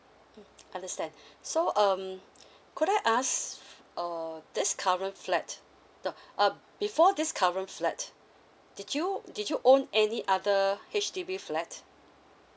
understand so um could I ask uh this current flat the uh before this current flat did you did you own any other H_D_B flat